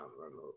remove